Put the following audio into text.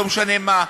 לא משנה מה,